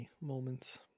moments